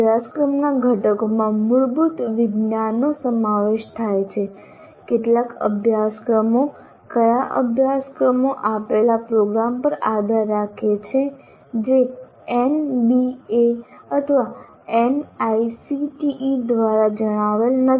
અભ્યાસક્રમના ઘટકોમાં મૂળભૂત વિજ્ઞાનનો સમાવેશ થાય છે કેટલા અભ્યાસક્રમો કયા અભ્યાસક્રમો આપેલ પ્રોગ્રામ પર આધાર રાખે છે જે એનબીએ અથવા એઆઈસીટીઈ દ્વારા જણાવેલ નથી